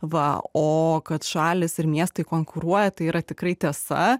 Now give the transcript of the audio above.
va o kad šalys ir miestai konkuruoja tai yra tikrai tiesa